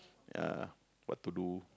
ya what to do